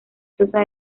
choza